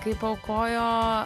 kai paaukojo